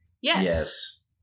Yes